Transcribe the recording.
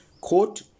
quote